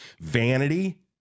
vanity